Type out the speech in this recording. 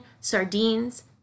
sardines